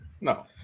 No